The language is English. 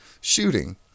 Shooting